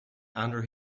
under